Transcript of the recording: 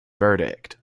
verdict